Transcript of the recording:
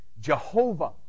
Jehovah